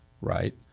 right